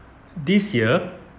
this year